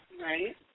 Right